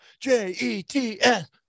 J-E-T-S